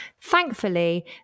Thankfully